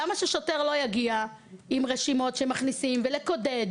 למה ששוטר לא יגיע עם רשימות שמכניסים ולקודד,